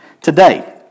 today